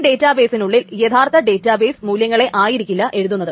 ഈ ഡേറ്റാബേസിനുള്ളിൽ യഥാർത്ഥ ഡേറ്റാബേസ് മൂല്യങ്ങളെ ആയിരിക്കില്ല എഴുതുന്നത്